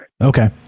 Okay